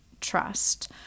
trust